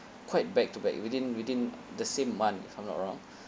quite back to back within within the same month if I'm not wrong